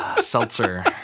seltzer